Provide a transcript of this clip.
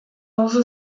also